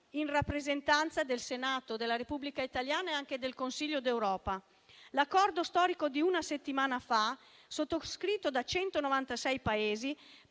in rappresentanza del Senato della Repubblica italiana e anche del Consiglio d'Europa. L'accordo storico di una settimana fa, sottoscritto da 196 Paesi,